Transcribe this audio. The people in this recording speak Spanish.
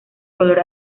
color